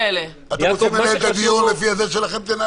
אתם רוצים לנהל את הדיון תנהלו.